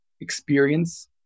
experience